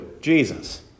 Jesus